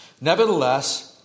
Nevertheless